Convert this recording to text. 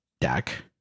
deck